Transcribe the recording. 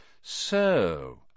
So